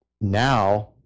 Now